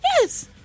Yes